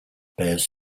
bears